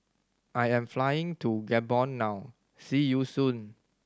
I am flying to Gabon now see you soon